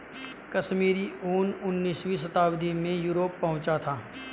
कश्मीरी ऊन उनीसवीं शताब्दी में यूरोप पहुंचा था